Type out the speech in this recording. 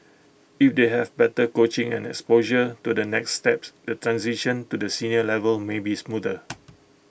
if they have better coaching and exposure to the next steps the transition to the senior level may be smoother